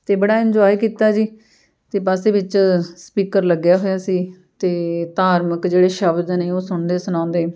ਅਤੇ ਬੜਾ ਇੰਜੋਏ ਕੀਤਾ ਜੀ ਅਤੇ ਬੱਸ ਦੇ ਵਿੱਚ ਸਪੀਕਰ ਲੱਗਿਆ ਹੋਇਆ ਸੀ ਅਤੇ ਧਾਰਮਿਕ ਜਿਹੜੇ ਸ਼ਬਦ ਨੇ ਉਹ ਸੁਣਦੇ ਸੁਣਾਉਂਦੇ